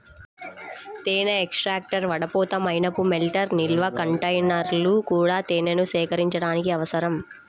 తేనె ఎక్స్ట్రాక్టర్, వడపోత, మైనపు మెల్టర్, నిల్వ కంటైనర్లు కూడా తేనెను సేకరించడానికి అవసరం